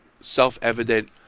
self-evident